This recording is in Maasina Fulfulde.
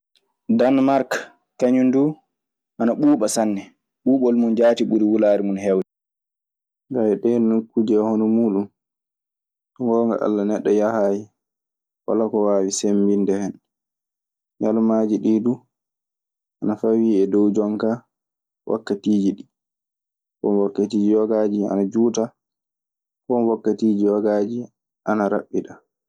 Danmarke kaŋum dun ana ɓuba sanne, ɓubol mun jati ɓuri wulare mun hewde. ɗee nokkuuje e hono muuɗun. So ngoonga Alla, neɗɗo yahaayi walaa ko waawi sembinde hen. Ñalawmaaji ɗii duu, ana fawii e dow jonkaa wakkatiiji ɗii. Won wakkatiijiyogaaji ana juuta, won wakkatiiji yogaaji ana raɓɓiɗa.